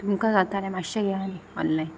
तुमकां जाताले मातशें घेया न्ही ऑनलायन